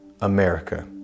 America